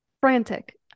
frantic